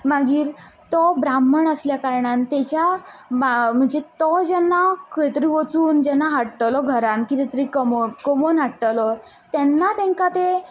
मागीर तो ब्राह्मण आसल्या कारणान तेच्या म्हणजे तो जेन्ना खंय तरी वचून जेन्ना हाडटलो घरान कितें तरी कमोवन कमोवन हाडटलो तेन्ना तेंकां तें